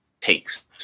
takes